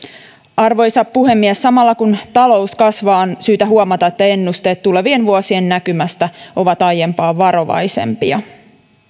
arvoisa puhemies samalla kun talous kasvaa on syytä huomata että ennusteet tulevien vuosien näkymästä ovat aiempaa varovaisempia